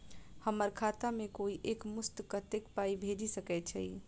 हम्मर खाता मे कोइ एक मुस्त कत्तेक पाई भेजि सकय छई?